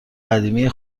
قدیمی